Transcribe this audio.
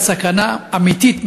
על סכנה אמיתית,